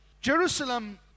Jerusalem